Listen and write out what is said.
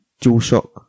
DualShock